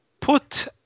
put